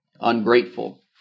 ungrateful